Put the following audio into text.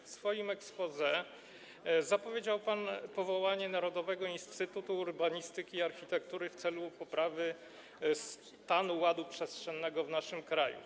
W swoim exposé zapowiedział pan powołanie Narodowego Instytutu Urbanistyki i Architektury w celu poprawy stanu, ładu przestrzennego w naszym kraju.